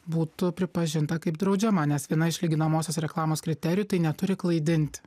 būtų pripažinta kaip draudžiama nes viena iš lyginamosios reklamos kriterijų tai neturi klaidinti